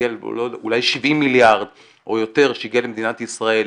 אולי 70 מיליארד או יותר שהגיעה למדינת ישראל,